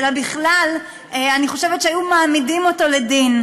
אלא אני חושבת שבכלל היו מעמידים אותו לדין.